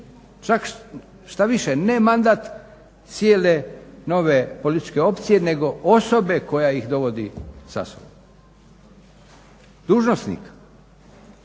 Čak štoviše ne mandat cijele nove političke opcije nego osobe koja ih dovodi sa sobom, dužnosnika.